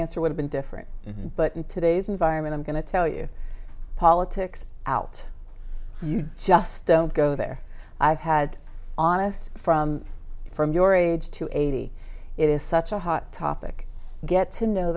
answer would have been different but in today's environment i'm going to tell you politics out you just don't go there i've had honest from from your age to eighty it is such a hot topic get to know